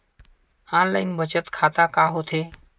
Online बचत खाता का होथे?